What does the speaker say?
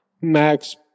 Max